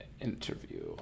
Interview